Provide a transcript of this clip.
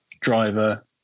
driver